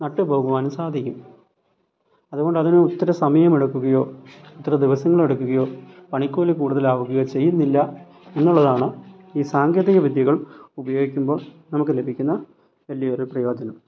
നട്ടുപോകുവാനും സാധിക്കും അതുകൊണ്ടതിന് ഒത്തിരി സമയമെടുക്കുകയോ അത്ര ദിവസങ്ങളെടുക്കുകയോ പണിക്കൂലി കൂടുതലാവുകയോ ചെയ്യുന്നില്ല എന്നുള്ളതാണ് ഈ സാങ്കേതിക വിദ്യകൾ ഉപയോഗിക്കുമ്പോള് നമുക്ക് ലഭിക്കുന്ന വലിയൊരു പ്രയോജനം